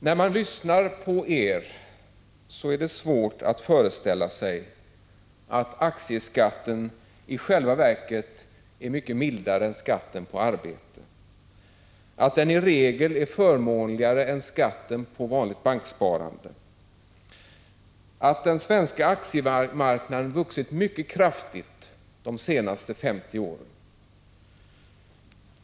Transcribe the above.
När man lyssnar till er borgerliga är det svårt att föreställa sig att aktieskatten i själva verket är mycket mildare än skatten på arbete, att aktieskatten i regel är förmånligare än skatten på vanligt banksparande och att den svenska aktiemarknaden vuxit mycket kraftigt under de senaste 50 åren.